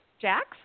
Jax